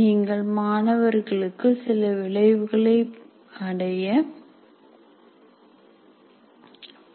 நீங்கள் மாணவர்களுக்கு சில விளைவுகளை அடைய